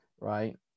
right